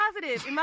positive